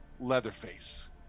Leatherface